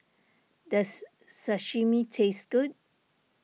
does Sashimi taste good